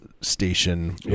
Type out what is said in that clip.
station